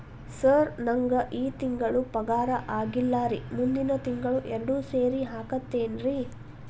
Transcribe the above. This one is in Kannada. ಸರ್ ನಂಗ ಈ ತಿಂಗಳು ಪಗಾರ ಆಗಿಲ್ಲಾರಿ ಮುಂದಿನ ತಿಂಗಳು ಎರಡು ಸೇರಿ ಹಾಕತೇನ್ರಿ